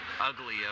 ugly